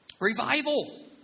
Revival